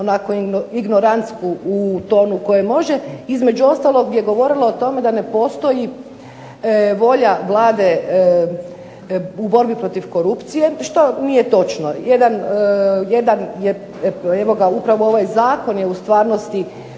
onako ignorantsku u tonu u kojem može. Između ostalog je govorila o tome da ne postoji volja Vlade u borbi protiv korupcije, što nije točno. Jedan, evo ga upravo ovaj zakon je u stvarnosti